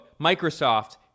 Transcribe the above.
Microsoft